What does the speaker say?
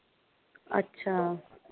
अच्छा